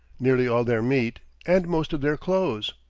nearly all their meat, and most of their clothes.